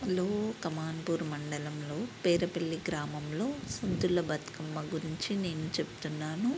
లో కమాన్పూర్ మండలంలో పేరు పల్లి గ్రామంలో సద్దుల బతుకమ్మ గురించి నేను చెప్తున్నాను